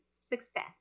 success